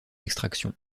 extraction